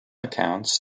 accounts